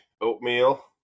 oatmeal